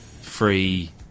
free